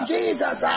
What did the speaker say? Jesus